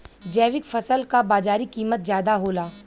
जैविक फसल क बाजारी कीमत ज्यादा होला